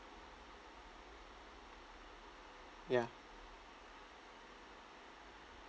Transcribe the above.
ya